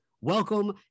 Welcome